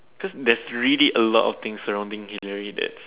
cause there's really a lot of things surrounding Hillary that